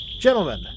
Gentlemen